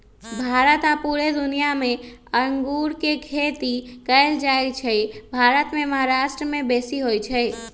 भारत आऽ पुरे दुनियाँ मे अङगुर के खेती कएल जाइ छइ भारत मे महाराष्ट्र में बेशी होई छै